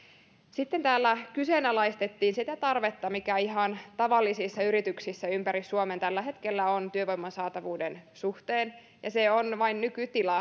sitten täällä kyseenalaistettiin sitä tarvetta mikä ihan tavallisissa yrityksissä ympäri suomen tällä hetkellä on työvoiman saatavuuden suhteen se on vain nykytila